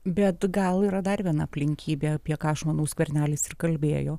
bet gal yra dar viena aplinkybė apie ką aš manau skvernelis ir kalbėjo